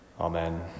Amen